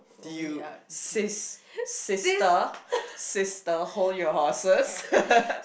dude sis sister sister hold your horses